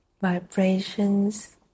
vibrations